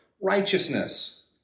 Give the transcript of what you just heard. righteousness